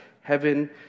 heaven